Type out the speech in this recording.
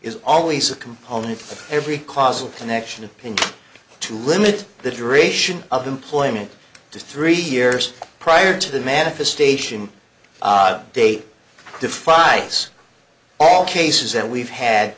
is always a component of every causal connection of pain to limit the duration of employment to three years prior to the manifestation date defies all cases that we've had